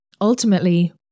Ultimately